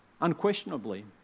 unquestionably